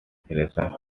theresa